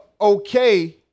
okay